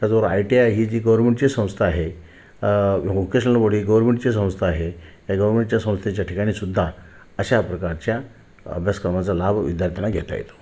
त्याचबरोबर I T I ही जी गोरमेंटचीच संस्था आहे व्होकेशनल बॉडी गोरमेंटची संस्था आहे या गवरमेंटच्या संस्थेच्या ठिकाणी सुद्धा अशा प्रकारच्या अभ्यासक्रमाचा लाभ विद्यार्थ्यांना घेता येतो